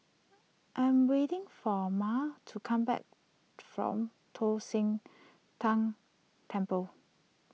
I am waiting for Mal to come back from Tong Sian Tng Temple